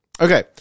Okay